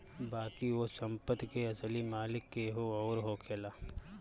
बाकी ओ संपत्ति के असली मालिक केहू अउर होखेला